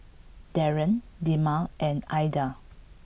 Darien Dema and Aidan